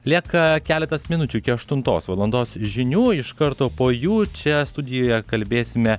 lieka keletas minučių iki aštuntos valandos žinių iš karto po jų čia studijoje kalbėsime